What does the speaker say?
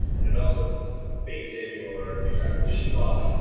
and it also bakes in your user acquisition costs,